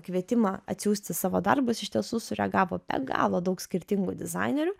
kvietimą atsiųsti savo darbus iš tiesų sureagavo be galo daug skirtingų dizainerių